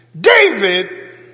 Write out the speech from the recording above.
David